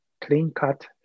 clean-cut